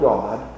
God